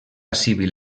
civil